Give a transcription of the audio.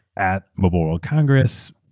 at mobile world congress,